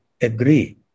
agree